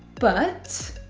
but.